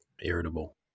Irritable